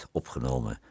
opgenomen